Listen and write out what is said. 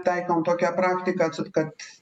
taikom tokią praktiką su kad